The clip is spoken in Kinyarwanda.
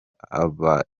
abaregwa